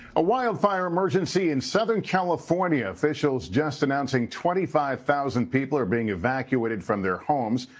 a wildfire emergency in southern california. officials just announcing twenty five thousand people are being evacuated from their homes.